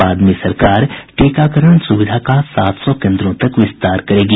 बाद में सरकार टीकाकरण सुविधा का सात सौ केन्द्रों तक विस्तार करेगी